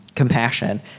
compassion